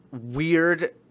Weird